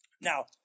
Now